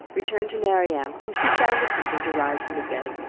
returned to marianne, whom she found attempting to rise from the bed,